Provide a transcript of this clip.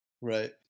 Right